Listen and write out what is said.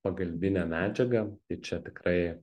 pagalbine medžiaga čia tikrai